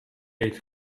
eet